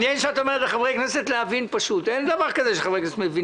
מדובר רק על מבוטחים שמשלמים את הביטוח המשלים.